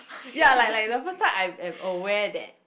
ya like like the first time I'm aware that